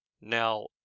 Now